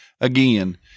again